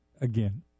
again